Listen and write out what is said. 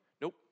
Nope